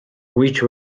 which